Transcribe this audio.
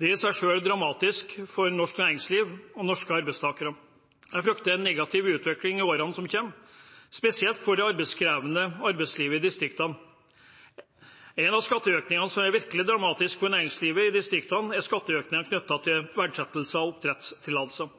Det er i seg selv dramatisk for norsk næringsliv og norske arbeidstakere. Jeg frykter en negativ utvikling i årene som kommer, spesielt for det arbeidskrevende arbeidslivet i distriktene. En av skatteøkningene som er virkelig dramatisk for næringslivet i distriktene, er skatteøkningen knyttet til verdsettelse av oppdrettstillatelser.